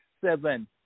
seven